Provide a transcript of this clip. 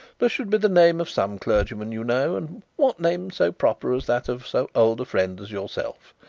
there should be the name of some clergyman, you know, and what name so proper as that of so old a friend as yourself?